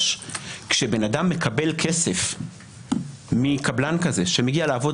שמראש כשבן אדם מקבל כסף מקבלן כזה שמגיע לעבוד